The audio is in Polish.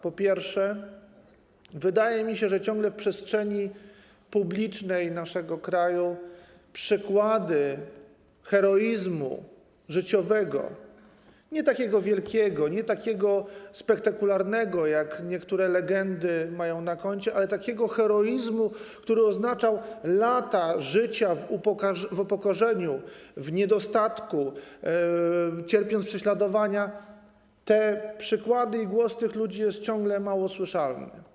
Po pierwsze, wydaje mi się, że ciągle w przestrzeni publicznej naszego kraju przykłady heroizmu życiowego nie takiego wielkiego, nie takiego spektakularnego, jaki niektóre legendy mają na koncie, ale takiego heroizmu, który oznaczał lata życia w upokorzeniu, w niedostatku oraz cierpienie prześladowań, jak również głos tych ludzi są mało słyszalne.